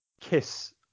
Kiss